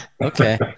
Okay